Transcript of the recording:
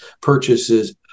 purchases